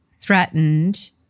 threatened